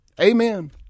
Amen